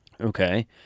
Okay